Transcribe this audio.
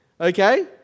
Okay